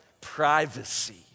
Privacy